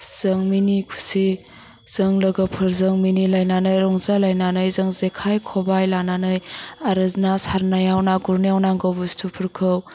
जों मिनि खुसि जों लोगोफोरजों मिनिलायनानै रंजालानानै जों जेखाइ खबाइ लानानै आरो ना सारनायाव ना गुरनायाव नांगौ बुस्थुफोरखौ